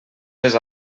les